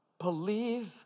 believe